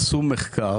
עשו מחקר,